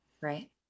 right